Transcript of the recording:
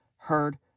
Heard